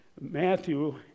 Matthew